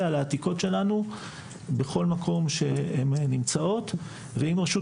על העתיקות שלנו בכל מקום שהן נמצאות ואם רשות